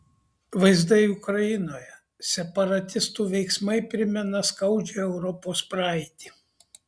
vaizdai ukrainoje separatistų veiksmai primena skaudžią europos praeitį